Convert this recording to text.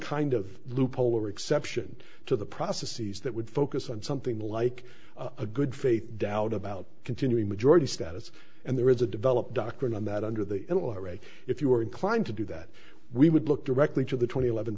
kind of loophole or exception to the processes that would focus on something like a good faith doubt about continuing majority status and there is a developed doctrine on that under the n r a if you were inclined to do that we would look directly to the twenty eleven